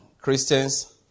Christians